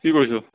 কি কৰিছ'